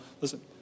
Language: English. Listen